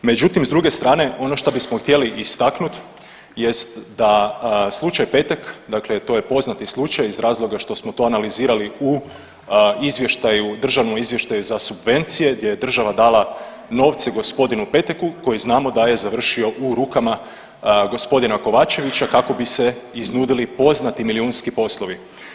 Međutim, s druge strane, ono šta bismo htjeli istaknuti jest da slučaj Petek, dakle to je poznati slučaj iz razloga što smo to analizirali u izvještaju, državnom izvještaju za subvencije gdje je država dala novce g. Peteku koji znamo da je završio u rukama g. Kovačevića kako bi se iznudili poznati milijunski poslovi.